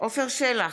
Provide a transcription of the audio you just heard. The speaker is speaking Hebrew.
עפר שלח,